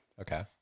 Okay